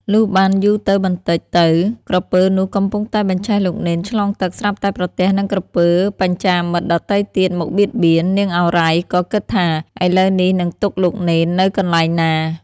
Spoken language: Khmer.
លុះបានយូរទៅបន្តិចទៅ ក្រពើ នោះកំពុងតែបញ្ឆេះលោកនេនឆ្លងទឹក ស្រាប់តែប្រទះនឹងក្រពើបច្ចាមិត្តដទៃទៀតមកបៀតបៀន នាងឱរ៉ៃ ក៏ គិតថា " ឥឡូវនេះនឹងទុកលោកនេននៅកន្លែងណា?" ។